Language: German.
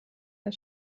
der